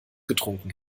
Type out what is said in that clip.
getrunken